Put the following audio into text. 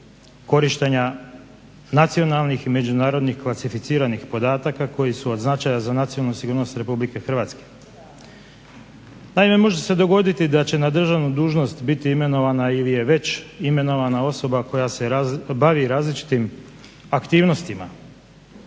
korištenja nacionalnih i međunarodnih klasificiranih podataka koji su od značaja za nacionalnu sigurnost Republike Hrvatske. Naime, može se dogoditi da će na državnu dužnosti biti imenovana ili je već imenovana osoba koja se bavi različitim aktivnostima.